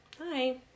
Hi